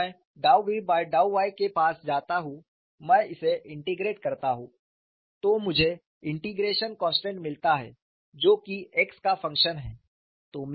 जब मैं डाउ v बाय डाउ y के पास जाता हूँ मै इसे इंटेग्रेट करता हु तो मुझे इंटीग्रेशन कॉन्स्टेंट मिलता है जो की x का फंक्शन है